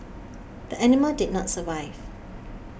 the animal did not survive